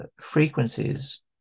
frequencies